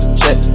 check